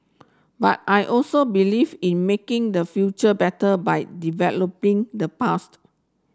but I also believe in making the future better by developing the past